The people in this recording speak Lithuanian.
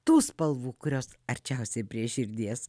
tų spalvų kurios arčiausiai prie širdies